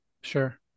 Sure